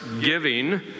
giving